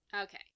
okay